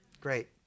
Great